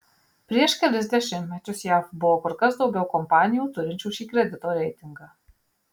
prieš kelis dešimtmečius jav buvo kur kas daugiau kompanijų turinčių šį kredito reitingą